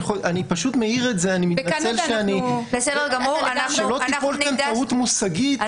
אני מעיר את זה כדי שלא תיפול כאן טעות מושגית.